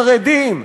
חרדים.